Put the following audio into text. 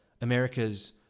america's